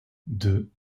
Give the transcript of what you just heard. deux